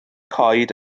coed